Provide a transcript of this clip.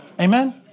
Amen